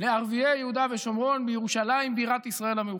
לערביי יהודה ושומרון בירושלים בירת ישראל המאוחדת.